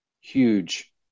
huge